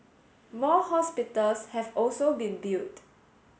more hospitals have also been built